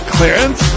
Clearance